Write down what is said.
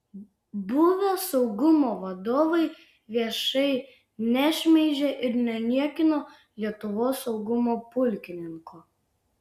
buvę saugumo vadovai viešai nešmeižė ir neniekino lietuvos saugumo pulkininko